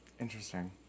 Interesting